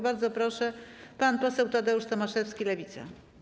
Bardzo proszę, pan poseł Tadeusz Tomaszewski, Lewica.